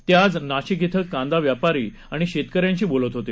ते आज नाशिक ििं कांदा व्यापारी आणि शेतकऱ्यांशी बोलत होते